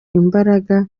imbaraga